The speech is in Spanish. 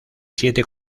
siete